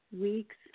weeks